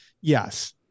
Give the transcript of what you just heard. yes